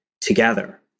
together